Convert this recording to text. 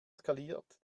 skaliert